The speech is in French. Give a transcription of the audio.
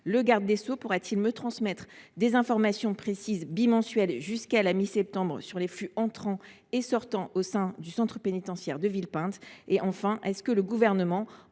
Le garde des sceaux pourra t il me transmettre des informations précises bimensuelles jusqu’à la mi septembre 2024 sur les flux entrants et sortants au sein du centre pénitentiaire de Villepinte ? Enfin, le Gouvernement